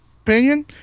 opinion